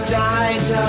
died